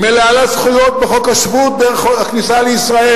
היא מלאה לזכויות בחוק השבות דרך חוק הכניסה לישראל,